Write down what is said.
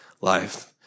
life